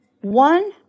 One